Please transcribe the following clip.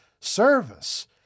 service